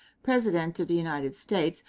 president of the united states,